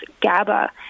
GABA